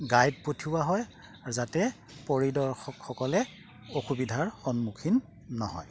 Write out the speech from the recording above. guide পঠিওৱা হয় যাতে পৰিদৰ্শকসকলে অসুবিধাৰ সন্মুখীন নহয়